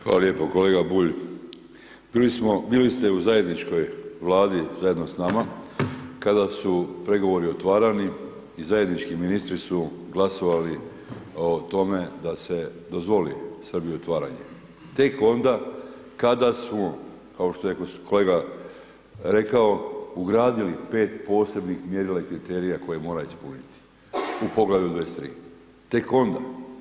Hvala lijepo, kolega Bulj bili smo, bili ste u zajedničkoj vladi zajedno s nama kada su pregovori otvarani i zajednički ministri su glasovali o tome da se dozvoli Srbiji otvaranje tek onda kada smo, kao što je kolega rekao, ugradili 5 posebnih mjerila i kriterija koje mora ispuniti u Poglavlju 23., tek onda.